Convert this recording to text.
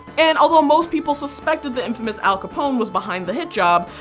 and although most people suspected the infamous al capone was behind the hit job,